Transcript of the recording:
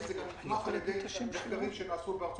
פה מדובר על אנשים שעומדים בראש